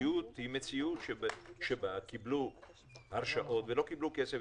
המציאות היא שקיבלו הרשאות ולא קיבלו כסף,